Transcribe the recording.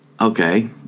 Okay